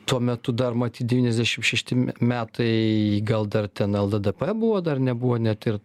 tuo metu dar matyt devyniasdešim šešti metai gal dar ten lddp buvo dar nebuvo net ir